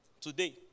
today